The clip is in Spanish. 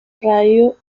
radio